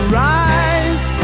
rise